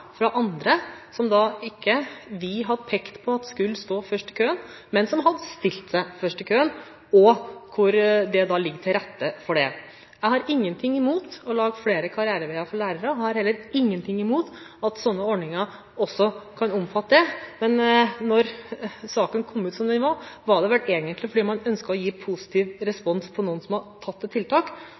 fra andre, som ikke vi hadde pekt på skulle stå først i køen, men som hadde stilt seg først i køen, og hvor det ligger til rette for det. Jeg har ingenting imot å lage flere karriereveier for lærere. Jeg har heller ingenting imot at ordninger også kan omfatte det. Men da saken kom ut som den gjorde, var det vel egentlig fordi man ønsket å gi positiv respons til noen som har tatt